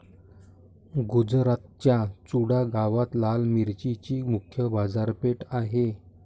गुजरातच्या चुडा गावात लाल मिरचीची मुख्य बाजारपेठ आहे